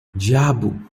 diabo